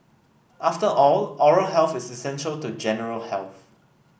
after all oral health is essential to general health